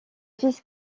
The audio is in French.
fils